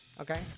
Okay